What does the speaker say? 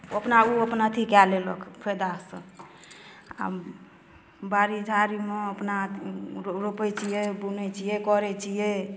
ओ अपना ओ अपना अथी कए लेलक फायदासँ आ बाड़ी झाड़ीमे अपना अथी रो रोपै छियै बुनै छियै करै छियै